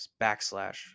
backslash